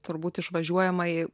turbūt išvažiuojamąjį